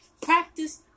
Practice